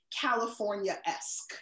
California-esque